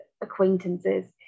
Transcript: acquaintances